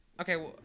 okay